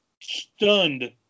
stunned